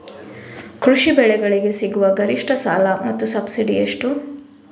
ಕೃಷಿ ಬೆಳೆಗಳಿಗೆ ಸಿಗುವ ಗರಿಷ್ಟ ಸಾಲ ಮತ್ತು ಸಬ್ಸಿಡಿ ಎಷ್ಟು?